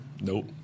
Nope